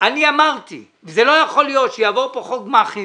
אני אמרתי וזה לא יכול להיות שיעבור פה חוק גמ"חים